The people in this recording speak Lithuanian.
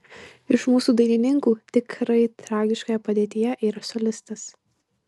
iš mūsų dainininkų tikrai tragiškoje padėtyje yra solistas